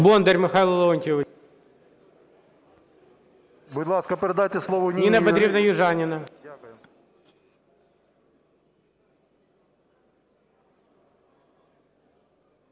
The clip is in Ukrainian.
Будь ласка, передайте слово Ніні Южаніній.